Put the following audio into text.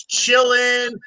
chilling